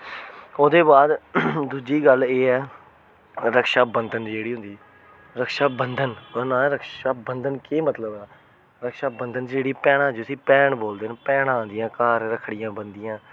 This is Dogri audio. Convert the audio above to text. ओह्दे बाद दूजी गल्ल एह् ऐ रक्षाबंधन जेह्ड़ी होंदी ऐ रक्षाबंधन ओह्दा नांऽ ऐ रक्षाबंधन केह् मतलब ऐ रक्षाबंधन जेह्ड़ी भैनां जिसी भैन बोलदे न भैनां आंदियां घर रक्खड़ियां बनदियां न